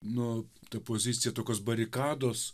nu ta pozicija tokios barikados